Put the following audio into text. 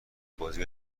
بازی